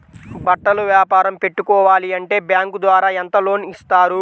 బట్టలు వ్యాపారం పెట్టుకోవాలి అంటే బ్యాంకు ద్వారా ఎంత లోన్ ఇస్తారు?